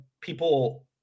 people